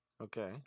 Okay